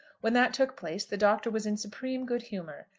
when that took place, the doctor was in supreme good-humour.